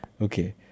Okay